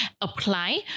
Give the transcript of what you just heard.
apply